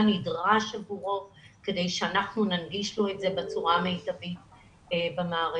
מה נדרש עבורו כדי שאנחנו ננגיש לו את זה בצורה המיטבית במערכת.